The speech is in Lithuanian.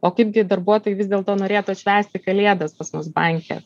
o kaipgi darbuotojai vis dėl to norėtų atšvęsti kalėdas pas mus banke